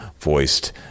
voiced